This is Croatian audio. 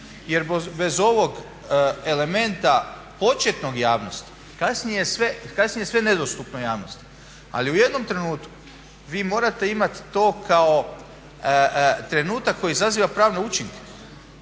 jer bez ovog elementa početnog javnosti kasnije je sve nedostupno javnosti. Ali u jednom trenutku vi morati imati to kao trenutak koji izaziva pravne učinke,